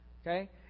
okay